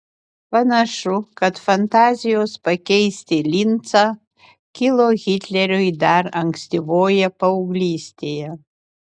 panašu kad fantazijos pakeisti lincą kilo hitleriui dar ankstyvoje paauglystėje